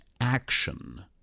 action